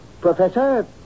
Professor